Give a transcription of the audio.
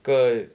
个